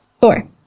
Four